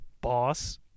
boss